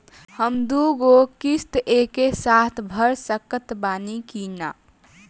हम दु गो किश्त एके साथ भर सकत बानी की ना?